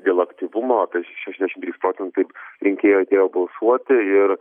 dėl aktyvumo apie šešiasdešim trys procentai rinkėjų atėjo balsuoti ir